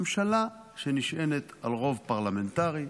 ממשלה שנשענת על רוב פרלמנטרי,